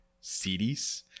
cities